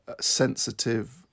sensitive